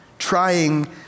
trying